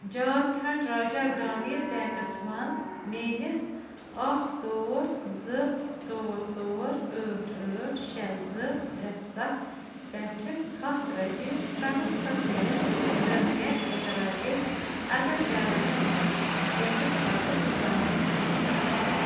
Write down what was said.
جھارکھنٛڈ راجا گرٛامیٖن بیٚنٛکَس منٛز میٛٲنِس اَکھ ژور زٕ ژور ژور ٲٹھ ٲٹھ شےٚ زٕ ترٛےٚ سَتھ پٮ۪ٹھ ہَتھ رۄپیہِ ٹرٛانسفر کٔرِتھ تہٕ مےٚ اطلاع دِتھ اَگر بیلَنٕس تَمہِ کھۄتہٕ کم گٔے